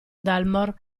dalmor